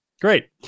Great